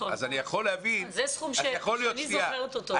זה סכום שאני זוכרת אותו.